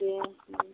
दे